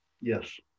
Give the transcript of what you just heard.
Yes